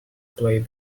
play